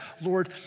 Lord